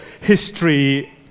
history